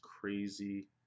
crazy